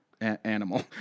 animal